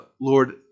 Lord